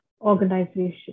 organization